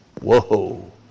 Whoa